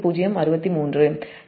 063